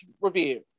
review